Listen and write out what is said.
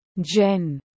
Jen